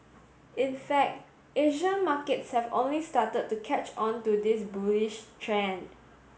in fact Asian markets have only started to catch on to this bullish trend